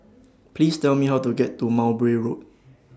Please Tell Me How to get to Mowbray Road